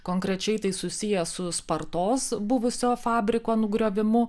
konkrečiai tai susiję su spartos buvusio fabriko nugriovimu